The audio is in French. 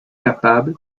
capable